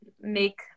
make